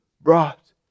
brought